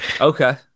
Okay